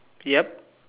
yup